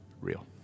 real